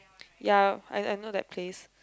ya I I know that place